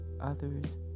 others